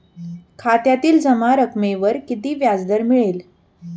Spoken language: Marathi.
खात्यातील जमा रकमेवर किती व्याजदर मिळेल?